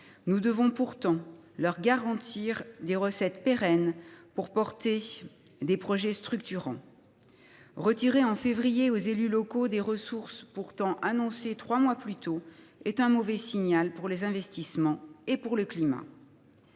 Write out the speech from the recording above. Nous devons pourtant leur garantir des recettes pérennes pour porter des projets structurants. Retirer, en février, aux élus locaux des ressources pourtant annoncées trois mois plus tôt est un mauvais signal au regard des investissements nécessaires pour le climat.